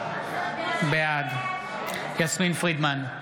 בעד יסמין פרידמן,